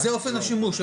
זה אופן השימוש.